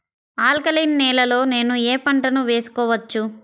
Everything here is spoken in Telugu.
ఆల్కలీన్ నేలలో నేనూ ఏ పంటను వేసుకోవచ్చు?